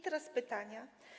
Teraz pytania.